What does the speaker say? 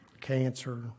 cancer